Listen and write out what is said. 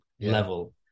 level